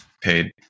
paid